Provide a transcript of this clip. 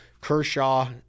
Kershaw